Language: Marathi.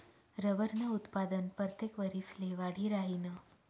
रबरनं उत्पादन परतेक वरिसले वाढी राहीनं